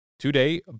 Today